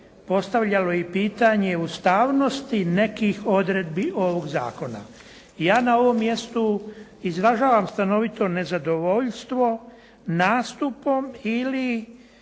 postavljalo i pitanje ustavnosti nekih odredbi ovog zakona. Ja na ovom mjestu izražavam stanovito nezadovoljstvo nastupom ili